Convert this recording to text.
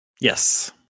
Yes